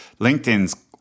LinkedIn's